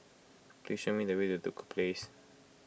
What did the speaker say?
please show me the way to Duku Place